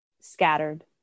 scattered